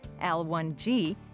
L1G